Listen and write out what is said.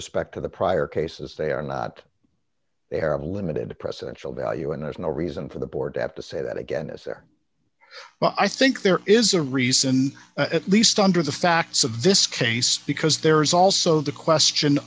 respect to the prior cases they are not they're a limited presidential value and there's no reason for the board to have to say that again is there but i think there is a reason at least under the facts of this case because there is also the question